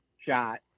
shot